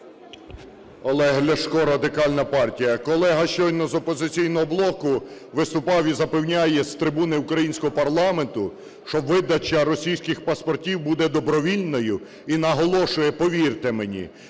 Олег Ляшко, Радикальна партія. Колега щойно з "Опозиційного блоку" виступав і запевняє з трибуни українського парламенту, що видача російських паспортів буде добровільною, і наголошує – повірте мені.